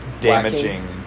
damaging